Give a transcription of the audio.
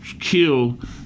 killed